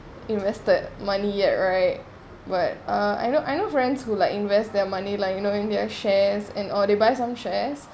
invested money yet right but uh I know I know friends who like invest their money like you knowing their shares they buy some shares